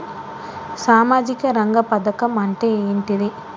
సామాజిక రంగ పథకం అంటే ఏంటిది?